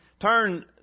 Turn